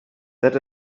that